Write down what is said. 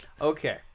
Okay